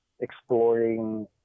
exploring